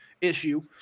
issue